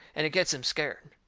and it gets him scared.